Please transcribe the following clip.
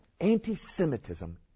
anti-Semitism